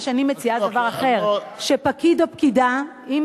מה שאני מציעה זה דבר אחר: שפקיד או פקידה, אם